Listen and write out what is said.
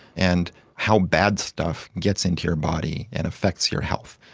and how bad stuff gets into your body and affects your health.